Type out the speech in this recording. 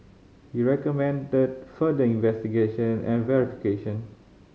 he recommended further investigation and verification